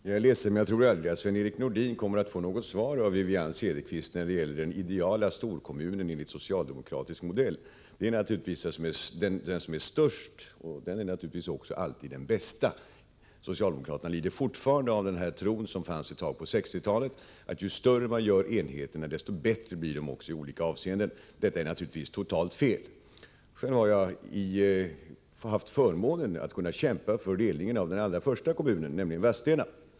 Herr talman! Jag är ledsen, men jag tror att Sven-Erik Nordin aldrig kommer att få något svar av Wivi-Anne Cederqvist på frågan om den ideala storkommunen enligt socialdemokratisk modell. Den som är störst är naturligtvis alltid den bästa. Socialdemokraterna lider fortfarande av den tro man hade på 1960-talet, att ju större man gör enheterna desto bättre blir de också i olika avseenden. Men det är givetvis totalt fel. Själv har jag haft förmånen att kunna kämpa för delningen av den allra första kommunen som delades, nämligen Vadstena.